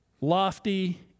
Lofty